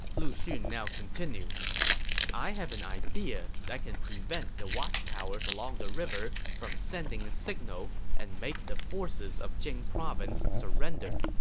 lu xun now continued i have an idea that can prevent the watchtowers along the river from sending a signal and make the forces of jing province surrender.